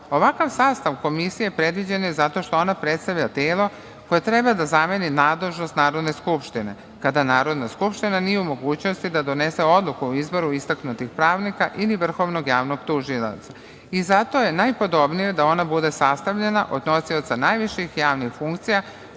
sastav komisije predviđen je zato što ona predstavlja telo koje treba da zameni nadležnost Narodne skupštine kada Narodna skupština nije u mogućnosti da donese odluku o izboru istaknutih pravnika ili vrhovnog javnog tužioca. Zato je najpodobnije da ona bude sastavljena od nosioca najviših javnih funkcija